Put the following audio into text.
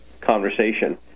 conversation